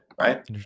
Right